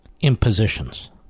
impositions